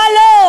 לא ולא.